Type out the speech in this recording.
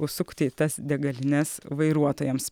užsukti į tas degalines vairuotojams